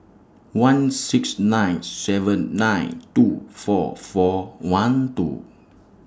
one six nine seven nine two four four one two